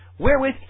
Wherewith